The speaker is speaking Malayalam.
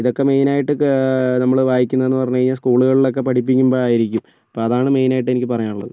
ഇതൊക്കെ മെയിനായിട്ടൊക്കെ നമ്മള് വായിക്കുന്നത് എന്ന് പറഞ്ഞു കഴിഞ്ഞാൽ സ്കൂളുകളിൽ ഒക്കെ പഠിപ്പിക്കുമ്പോൾ ആയിരിക്കും അപ്പം അതാണ് മെയിനായിട്ട് എനിക്ക് പറയാനുള്ളത്